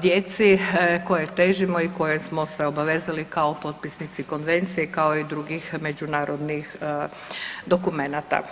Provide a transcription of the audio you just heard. djeci koje težimo i koje smo se obavezali kao potpisnici konvencije, kao i drugih međunarodnih dokumenata.